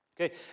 Okay